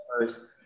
first